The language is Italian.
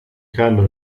carlo